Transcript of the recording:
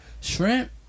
Shrimp